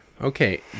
okay